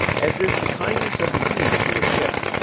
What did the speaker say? as is the kindness of the sea to a ship,